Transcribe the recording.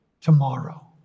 tomorrow